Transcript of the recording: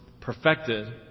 perfected